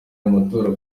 amatora